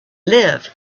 live